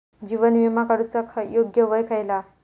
जीवन विमा काडूचा योग्य वय खयला?